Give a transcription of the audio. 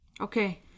okay